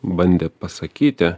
bandė pasakyti